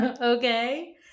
Okay